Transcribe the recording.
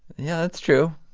yeah, that's true.